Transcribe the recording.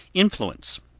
influence,